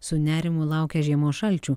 su nerimu laukia žiemos šalčių